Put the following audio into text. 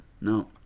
No